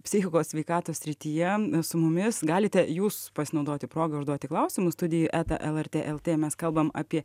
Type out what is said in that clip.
psichikos sveikatos srityje su mumis galite jūs pasinaudoti proga užduoti klausimus studijai eta elertė eltė mes kalbam apie